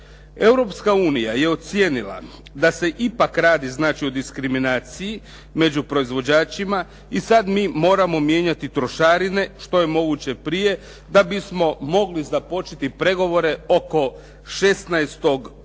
Europska unija je ocijenila da se ipak radi znači o diskriminaciji među proizvođačima i sad mi moramo mijenjati trošarine što je moguće prije da bismo mogli započeti pregovore oko 16.